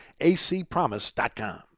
acpromise.com